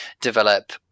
develop